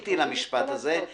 --- חיכיתי למשפט הזה.